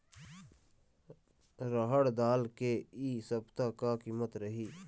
रहड़ दाल के इ सप्ता का कीमत रही?